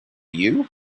you